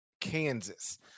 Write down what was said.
Kansas